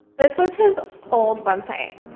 this was his old website.